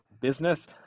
Business